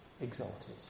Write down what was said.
Exalted